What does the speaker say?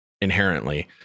inherently